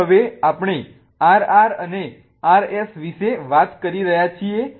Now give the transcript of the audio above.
તેથી હવે આપણે RR અને RS વિશે વાત કરી રહ્યા છીએ